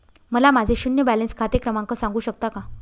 मला माझे शून्य बॅलन्स खाते क्रमांक सांगू शकता का?